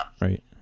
right